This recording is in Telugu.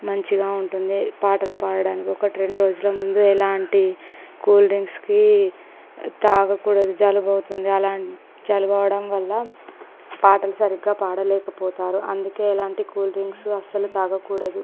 మంచిగా ఉంటుంది పాటలు పాడటానికి ఒకటి రెండు రోజుల ముందు ఎలాంటి కూల్డ్రింక్స్ తాగకూడదు జలుబు వస్తుంది అలా జలుబు అవ్వడం వల్ల పాటలు సరిగ్గా పాడలేకపోతారు అందుకే ఎలాంటి కూల్డ్రింక్స్ అస్సలు తాగకూడదు